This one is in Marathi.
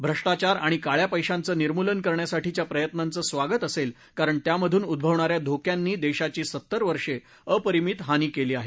भ्रष्टाचार आणि काळापैश्यांचं निमूर्लन करण्यासाठीच्या प्रयत्त्नाचं स्वागत असेल कारण त्यामधून उद्भवणाऱ्या धोक्यांनी देशाची सत्तर वर्षे अपरिमितहानी केली आहे